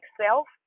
self